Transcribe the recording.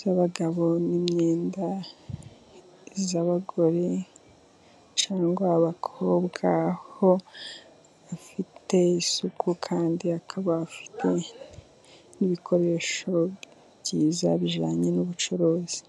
zabagabo n'imyenda y'abagore cyangwa abakobwa, aho rifite isuku kandi rikaba rifite n'ibikoresho byiza bijyanye n'ubucuruzi.